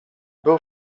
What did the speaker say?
był